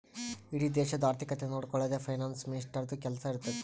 ಇಡೀ ದೇಶದು ಆರ್ಥಿಕತೆ ನೊಡ್ಕೊಳದೆ ಫೈನಾನ್ಸ್ ಮಿನಿಸ್ಟರ್ದು ಕೆಲ್ಸಾ ಇರ್ತುದ್